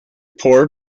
poor